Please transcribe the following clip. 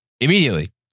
immediately